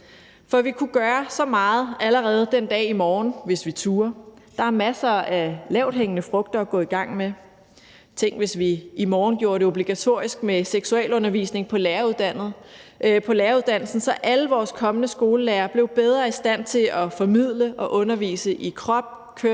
for vi kunne gøre så meget allerede den dag i morgen, hvis vi turde. Der er masser af lavthængende frugter at gå i gang med. Tænk, hvis vi i morgen gjorde det obligatorisk med seksualundervisning på læreruddannelsen, så alle vores kommende skolelærere blev bedre i stand til at formidle og undervise i krop, køn,